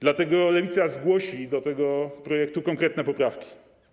Dlatego Lewica zgłosi do tego projektu konkretne poprawki.